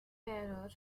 bearer